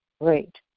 Great